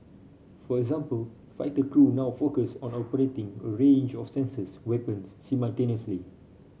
for example fighter crew now focus on operating a range of sensors weapons simultaneously